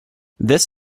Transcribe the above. this